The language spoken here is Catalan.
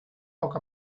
poc